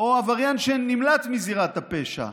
או עבריין שנמלט מזירת הפשע,